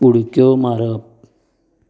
उडक्यो मारप